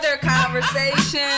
conversation